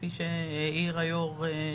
כפי שהעיר היושב ראש,